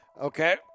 Okay